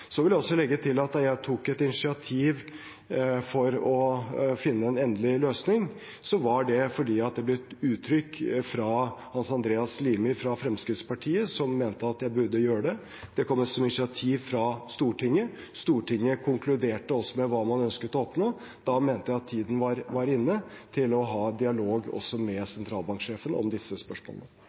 Jeg vil også legge til at da jeg tok et initiativ for å finne en endelig løsning, var det fordi det ble uttrykt fra Hans Andreas Limi fra Fremskrittspartiet, som mente at jeg burde gjøre det. Det kom som et initiativ fra Stortinget. Stortinget konkluderte også med hva man ønsket å oppnå. Da mente jeg at tiden var inne til å ha dialog også med sentralbanksjefen om disse spørsmålene.